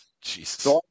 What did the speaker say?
Jesus